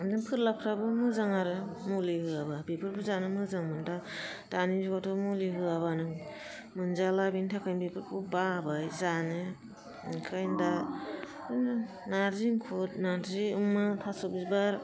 फोरलाफ्राबो मोजां आरो मुलि होयाबा बेफोरबो जानो मोजांमोन दा दानि जुगआवथ' मुलि होयाबानो मोनजाला बेनि थाखायनो बेफोरखौ बाबाय जानो ओंखायनो दा नारजि एंखुर नारजि अमा थास' बिबार